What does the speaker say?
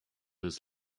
his